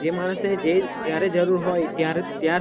જે માણસે જે જ્યારે જરૂર હોય ત્યાર ત્યાર